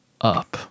up